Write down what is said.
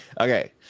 Okay